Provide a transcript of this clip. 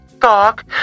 talk